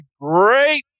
great